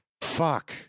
Fuck